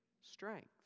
strength